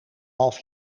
half